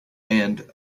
and